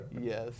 Yes